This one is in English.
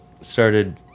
started